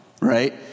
Right